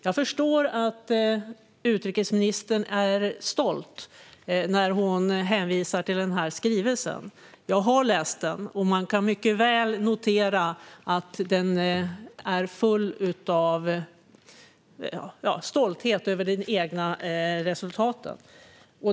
Jag förstår att utrikesministern är stolt när hon hänvisar till skrivelsen om Sveriges medlemskap i FN:s säkerhetsråd. Jag har läst den och kan notera att den är full av stolthet över de egna resultaten.